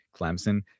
Clemson